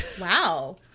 Wow